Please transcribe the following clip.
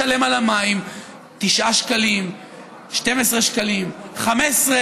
שבהן הציבור משלם כסף ברמות שאי-אפשר לתאר: ממיסים